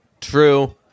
true